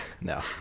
No